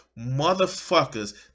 motherfuckers